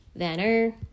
Vanner